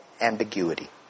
ambiguity